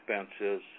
expenses